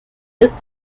ist